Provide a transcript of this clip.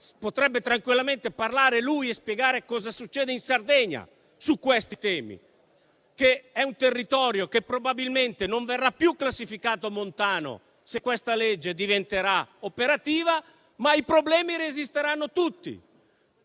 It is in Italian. potrebbe tranquillamente parlare e spiegare cosa succede in Sardegna su questi temi. Parliamo di un territorio che probabilmente non verrà più classificato montano se questa legge diventerà operativa, ma i problemi resisteranno tutti,